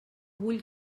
vull